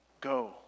Go